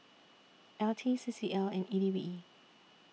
L T C C L and E D B